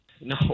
No